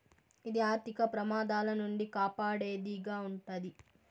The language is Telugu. ఇది ఆర్థిక ప్రమాదాల నుండి కాపాడేది గా ఉంటది